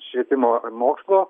švietimo ir mokslo